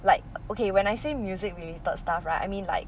like okay when I say music related stuff right I mean like